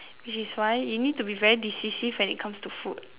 which is why you need to be very decisive when it comes to food